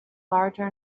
larger